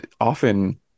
often